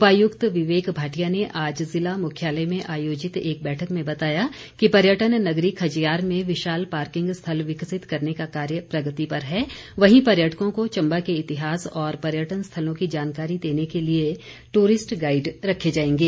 उपायुक्त विवेक भाटिया ने आज जिला मुख्यालय में आयोजित एक बैठक में बताया कि पर्यटन नगरी खजियार में विशाल पार्किंग स्थल विकसित करने का कार्य प्रगति पर है वहीं पर्यटकों को चम्बा के इतिहास और पर्यटन स्थलों की जानकारी देने के लिए टूरिस्ट गाईड रखे जाएंगे